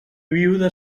viuda